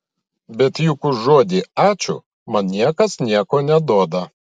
bet juk už žodį ačiū man niekas nieko neduoda